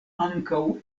ankaŭ